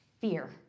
Fear